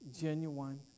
genuine